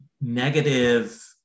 negative